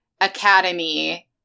academy